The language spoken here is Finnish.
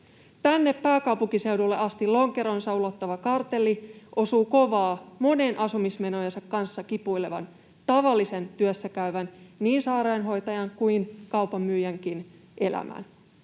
Tänne pääkaupunkiseudulle asti lonkeronsa ulottava kartelli osuu kovaa monen asumismenojensa kanssa kipuilevan tavallisen työssäkäyvän, niin sairaanhoitajan kuin kaupanmyyjänkin, elämään.